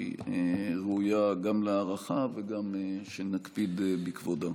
שהיא ראויה גם להערכה וגם שנקפיד בכבודה.